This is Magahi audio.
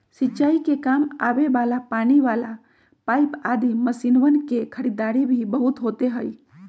सिंचाई के काम आवे वाला पानी वाला पाईप आदि मशीनवन के खरीदारी भी बहुत होते हई